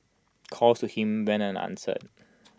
calls to him went answered